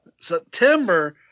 September